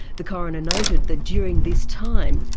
the coroner noted that during this time,